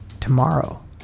tomorrow